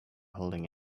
holding